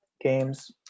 games